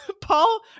Paul